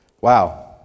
Wow